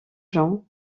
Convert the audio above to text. jean